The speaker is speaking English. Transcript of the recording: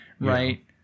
Right